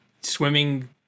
swimming